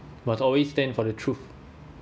must always stand for the truth